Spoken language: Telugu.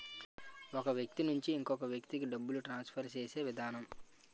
ఒక వ్యక్తి నుంచి ఇంకొక వ్యక్తికి డబ్బులు ట్రాన్స్ఫర్ చేసే విధానం